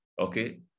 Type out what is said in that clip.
okay